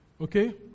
Okay